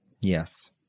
Yes